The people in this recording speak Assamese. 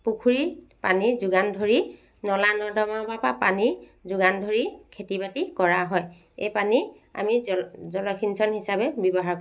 পুখুৰীত পানী যোগান ধৰি নলা নৰ্দমা বা পা পানী যোগান ধৰি খেতি বাতি কৰা হয় এই পানী আমি জল জলসিঞ্চন হিচাপে ব্যৱহাৰ কৰোঁ